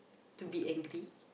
to be angry